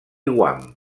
guam